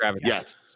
Yes